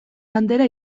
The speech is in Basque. bandera